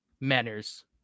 manners